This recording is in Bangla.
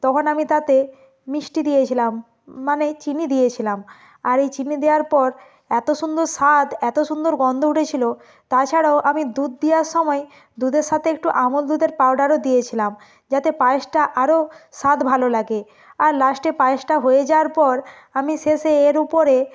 তখন আমি তাতে মিষ্টি দিয়েছিলাম মানে চিনি দিয়েছিলাম আর এই চিনি দেওয়ার পর এত সুন্দর স্বাদ এত সুন্দর গন্ধ উঠেছিলো তাছাড়াও আমি দুধ দেওয়ার সময় দুধের সাথে একটু আমুল দুধের পাউডারও দিয়েছিলাম যাতে পায়েসটা আরও স্বাদ ভালো লাগে আর লাস্টে পায়েসটা হয়ে যাওয়ার পর আমি শেষে এর উপরে